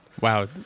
Wow